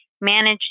manage